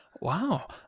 Wow